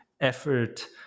effort